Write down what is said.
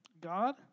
God